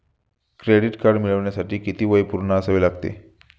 Credit card मिळवण्यासाठी किती वय पूर्ण असावे लागते?